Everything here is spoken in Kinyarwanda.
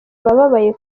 abababaye